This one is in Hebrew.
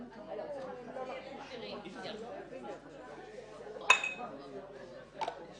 הוא יצטרך להתייעץ עם הגוף עצמו.